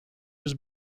was